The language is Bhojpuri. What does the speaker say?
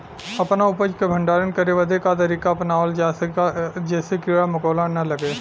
अपना उपज क भंडारन करे बदे का तरीका अपनावल जा जेसे कीड़ा मकोड़ा न लगें?